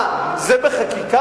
מה, זה בחקיקה?